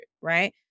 Right